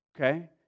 okay